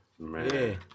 Man